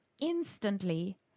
instantly